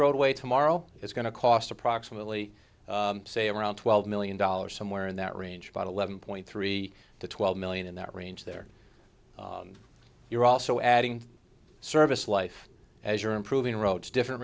roadway tomorrow it's going to cost approximately say around twelve million dollars somewhere in that range about eleven point three to twelve million in that range there you're also adding service life as you're improving roads different